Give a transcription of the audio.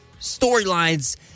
storylines